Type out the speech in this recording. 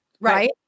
right